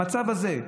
המצב הזה,